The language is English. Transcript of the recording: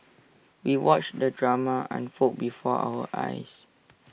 we watched the drama unfold before our eyes